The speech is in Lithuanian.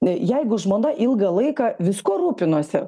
jeigu žmona ilgą laiką viskuo rūpinosi